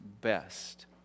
best